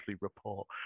report